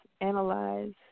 analyze